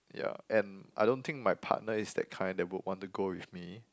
yeah and I don't think my partner is that kind that would want to go with me